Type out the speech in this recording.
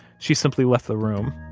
she simply left the room.